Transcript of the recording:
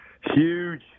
Huge